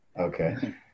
Okay